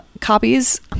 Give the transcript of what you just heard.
copies